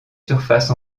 surface